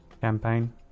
campaign